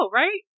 right